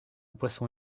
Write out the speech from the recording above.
poisson